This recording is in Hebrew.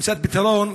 למציאת פתרון,